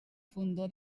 fondó